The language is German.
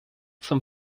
zum